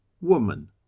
Woman